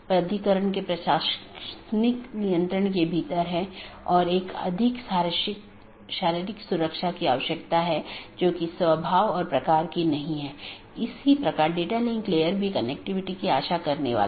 यदि हम पूरे इंटरनेट या नेटवर्क के नेटवर्क को देखते हैं तो किसी भी सूचना को आगे बढ़ाने के लिए या किसी एक सिस्टम या एक नेटवर्क से दूसरे नेटवर्क पर भेजने के लिए इसे कई नेटवर्क और ऑटॉनमस सिस्टमों से गुजरना होगा